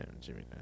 Jimmy